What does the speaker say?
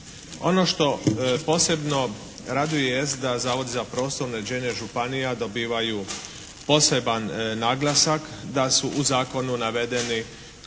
Ono što posebno raduje jest da Zavod za prostorno uređenje županija dobivaju poseban naglasak, sa su u zakonu navedeni